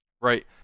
right